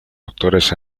doctores